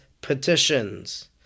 petitions